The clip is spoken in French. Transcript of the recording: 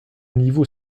niveau